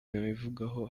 nabivugaho